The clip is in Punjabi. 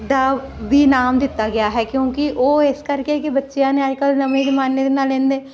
ਦਾ ਵੀ ਨਾਮ ਦਿੱਤਾ ਗਿਆ ਹੈ ਕਿਉਂਕਿ ਉਹ ਇਸ ਕਰਕੇ ਕਿ ਬੱਚਿਆਂ ਨੇ ਅੱਜ ਕੱਲ੍ਹ ਨਵੇਂ ਜ਼ਮਾਨੇ ਦੇ ਨਾਲ ਇੰਨੇ